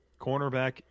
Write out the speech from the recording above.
Cornerback